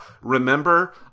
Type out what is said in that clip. remember